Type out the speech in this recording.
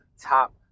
top